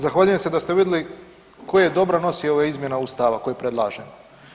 Zahvaljujem se da ste vidli koje dobro nosi ove izmjena Ustava koje predlažemo.